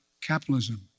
capitalism